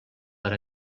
per